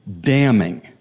damning